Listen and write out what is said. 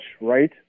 right